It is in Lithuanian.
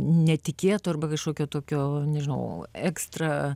netikėto arba kažkokio tokio nežinau ekstra